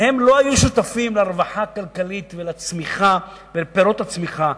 הם לא היו שותפים לרווחה הכלכלית ולצמיחה ולפירות הצמיחה,